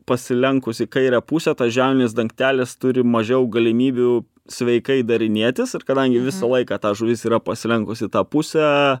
pasilenkus į kairę pusę tas žemės dangtelis turi mažiau galimybių sveikai darinėtis ir kadangi visą laiką ta žuvis yra pasilenkus tą pusę